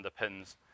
underpins